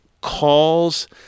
calls